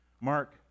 Mark